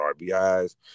RBIs